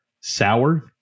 sour